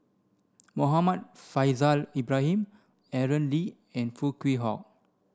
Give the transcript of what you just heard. Muhammad Faishal Ibrahim Aaron Lee and Foo Kwee Horng